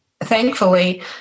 thankfully